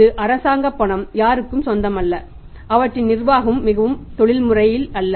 இது அரசாங்கப் பணம் யாருக்கும் சொந்தமல்ல அவற்றின் நிர்வாகமும் மிகவும் தொழில்முறை அல்ல